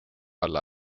alla